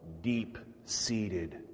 deep-seated